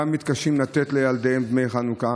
גם מתקשים לתת לילדיהם דמי חנוכה.